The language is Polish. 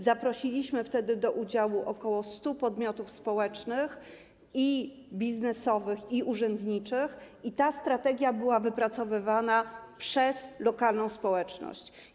Zaprosiliśmy wtedy do udziału ok. 100 podmiotów społecznych, biznesowych i urzędniczych, i ta strategia była wypracowywana przez lokalną społeczność.